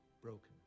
broken